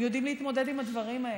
הם יודעים להתמודד עם הדברים האלה.